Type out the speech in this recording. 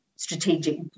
strategic